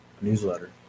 newsletter